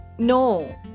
No